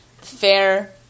fair